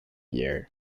year